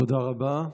תודה רבה.